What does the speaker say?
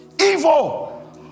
Evil